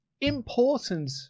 important